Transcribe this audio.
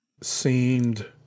seemed